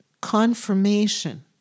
confirmation